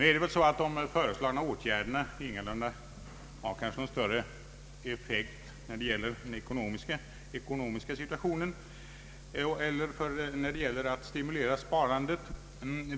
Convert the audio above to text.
De föreslagna åtgärderna har kanske inte någon större effekt när det gäller den ekonomiska situationen eller för att stimulera sparandet.